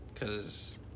Cause